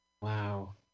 Wow